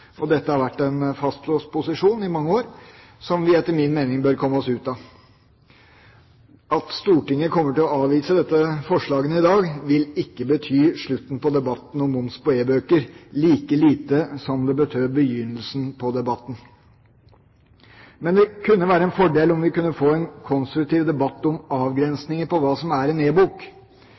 Dette har vært en fastlåst posisjon i mange år som vi etter min mening bør komme oss ut av. At Stortinget kommer til å avvise dette forslaget i dag, vil ikke bety slutten på debatten om moms på e-bøker, like lite som det betød begynnelsen på debatten. Men det ville være en fordel om vi kunne få en konstruktiv debatt om avgrensninger med hensyn til hva som er en